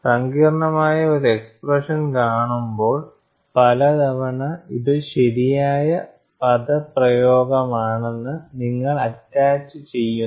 സങ്കീർണ്ണമായ ഒരു എക്സ്പ്രെഷൻ കാണുമ്പോൾ പലതവണ ഇത് ശരിയായ പദപ്രയോഗമാണെന്ന് നിങ്ങൾ അറ്റാച്ചു ചെയ്യുന്നു